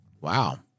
Wow